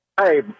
Hey